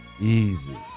Easy